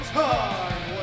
time